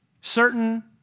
Certain